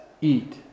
eat